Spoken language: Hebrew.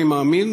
אני מאמין,